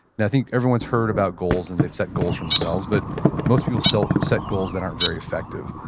now, i think everyone's heard about goals and they've set goals for themselves, but most people so set goals that aren't very effective.